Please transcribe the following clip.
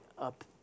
up